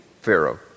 Pharaoh